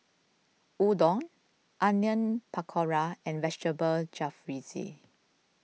Udon Onion Pakora and Vegetable Jalfrezi